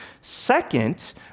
Second